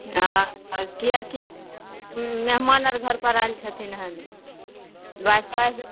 आ किएकि मेहमान आर घर पर आयल छथिन हन बाइस बाइस